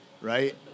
right